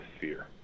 fear